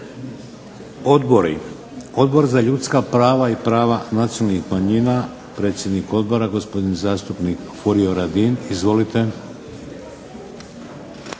Odbori, Odbor za ljudska prava i prava nacionalnih manjina, predsjednik odbora gospodin zastupnik Furio Radin. Izvolite.